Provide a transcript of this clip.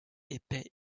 épais